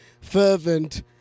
fervent